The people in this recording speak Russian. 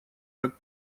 как